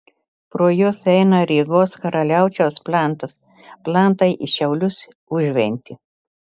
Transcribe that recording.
pro juos eina rygos karaliaučiaus plentas plentai į šiaulius užventį